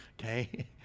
Okay